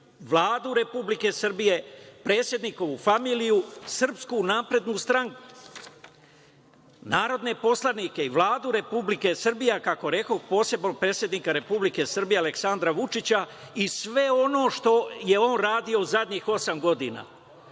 Vladu Republike Srbije, predsednikovu familiju, Srpsku naprednu stranku, narodne poslanike i Vladu Republike Srbije, a kako rekoh, posebno predsednika Republike Srbije Aleksandra Vučića i sve ono što je on radio zadnjih osam